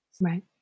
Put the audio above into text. Right